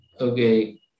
okay